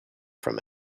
from